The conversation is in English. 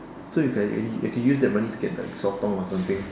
so you can actually actually use that money to get like sotong or something